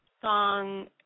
song